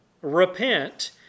Repent